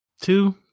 two